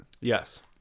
Yes